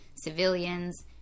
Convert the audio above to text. civilians